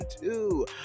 two